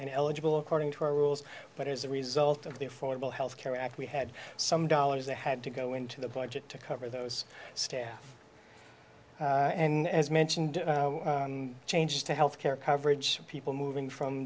and eligible according to our rules but as a result of the affordable healthcare act we had some dollars they had to go into the budget to cover those staff and as mentioned change to health care coverage people moving from